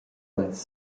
quels